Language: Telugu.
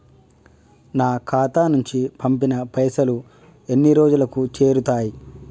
నా ఖాతా నుంచి పంపిన పైసలు ఎన్ని రోజులకు చేరుతయ్?